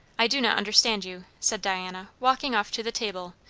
i do not understand you, said diana, walking off to the table,